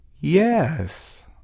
Yes